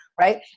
right